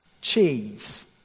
cheese